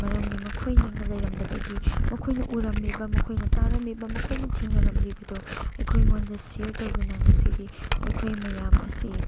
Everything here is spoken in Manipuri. ꯃꯔꯝꯗꯤ ꯃꯈꯣꯏ ꯂꯩꯔꯝꯕꯗꯒꯤ ꯃꯈꯣꯏꯅ ꯎꯔꯝꯂꯤꯕ ꯃꯈꯣꯏꯅ ꯇꯥꯔꯝꯂꯤꯕ ꯃꯈꯣꯏꯅ ꯊꯦꯡꯅꯔꯝꯂꯤꯕꯗꯣ ꯑꯩꯈꯣꯏꯉꯣꯟꯗ ꯁꯤꯌꯥꯔ ꯇꯧꯗꯨꯅ ꯉꯁꯤꯗꯤ ꯑꯩꯈꯣꯏ ꯃꯌꯥꯝ ꯑꯁꯤ